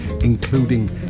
including